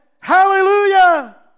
hallelujah